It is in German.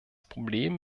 problem